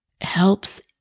helps